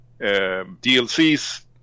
DLCs